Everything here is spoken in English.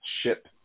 ship